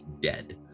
dead